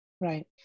Right